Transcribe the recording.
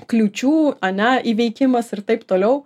kliūčių ane įveikimas ir taip toliau